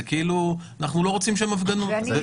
זה כאילו שלא רוצים שם הפגנות.